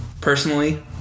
personally